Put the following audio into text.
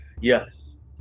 Yes